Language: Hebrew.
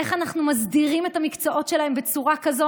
איך אנחנו מסדירים את המקצועות שלהם בצורה כזאת